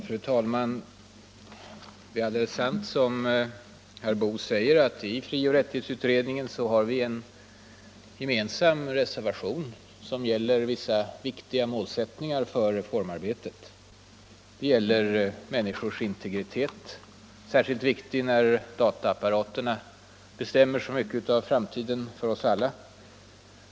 Fru talman! Det är alldeles sant som herr Boo säger att vi i frioch rättighetsutredningen har en gemensam reservation som gäller vissa viktiga målsättningar för reformarbetet. Det gäller människors integritet; Särskilt viktig när dataapparaterna bestämmer så mycket av framtiden för oss alla.